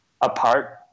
apart